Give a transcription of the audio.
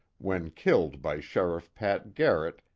when killed by sheriff pat garrett,